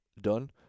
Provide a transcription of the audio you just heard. done